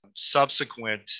Subsequent